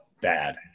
bad